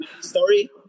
story